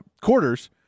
quarters –